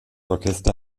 orchester